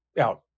out